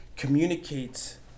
communicates